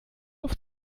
auf